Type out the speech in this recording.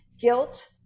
guilt